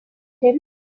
him